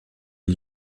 lès